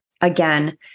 Again